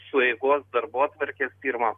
sueigos darbotvarkės pirmas